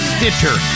Stitcher